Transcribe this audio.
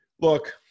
look